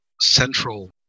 central